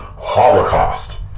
holocaust